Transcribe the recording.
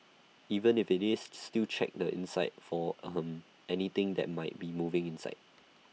even if IT is still check the inside for ahem anything that might be moving inside